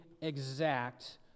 exact